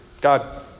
God